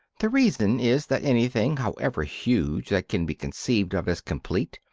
the reason is, that anything, however huge, that can be conceived of as complete,